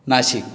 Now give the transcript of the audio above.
Nashik